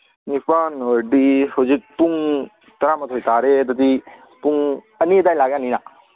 ꯅꯤꯄꯥꯟ ꯑꯣꯏꯔꯗꯤ ꯍꯧꯖꯤꯛ ꯄꯨꯡ ꯇꯔꯥꯃꯥꯊꯣꯏ ꯇꯥꯔꯦ ꯑꯗꯨꯗꯤ ꯄꯨꯡ ꯑꯅꯤ ꯑꯗꯥꯏ ꯂꯥꯛ ꯌꯥꯅꯤꯅ